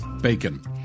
bacon